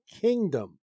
kingdom